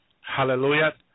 Hallelujah